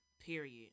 period